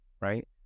right